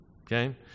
Okay